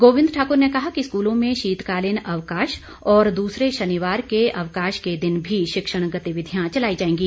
गोविंद ठाकुर ने कहा कि स्कूलों में शीतकालीन अवकाश और दूसरे शनिवार के अवकाश के दिन भी शिक्षण गतिविधियां चलाई जाएंगी